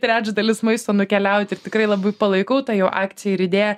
trečdalis maisto nukeliaut ir tikrai labai palaikau tą jų akciją ir idėją